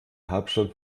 hauptstadt